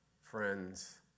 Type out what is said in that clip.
friends